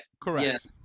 Correct